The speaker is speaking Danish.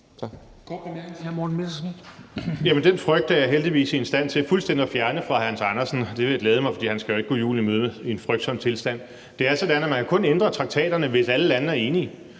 Morten Messerschmidt (DF): Jamen den frygt er jeg heldigvis i stand til fuldstændig at fjerne fra Hans Andersen, og det vil glæde mig, for han skal jo ikke gå julen i møde i en frygtsom tilstand. Det er sådan, at man kun kan ændre traktaterne, hvis alle lande er enige.